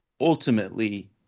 ultimately